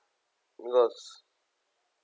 because